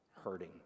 hurting